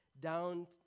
Down